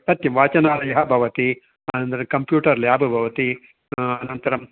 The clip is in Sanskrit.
सत्यं वाचनालयः भवति अनन्तरं कम्प्यूटर् लेब् भवति अनन्तरम्